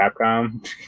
Capcom